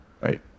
Right